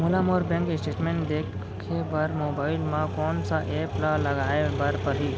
मोला मोर bank statement देखे बर मोबाइल मा कोन सा एप ला लाए बर परही?